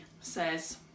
says